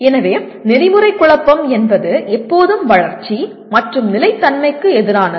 எனவே நெறிமுறை குழப்பம் என்பது எப்போதும் வளர்ச்சி மற்றும் நிலைத்தன்மைக்கு எதிரானது